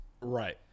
Right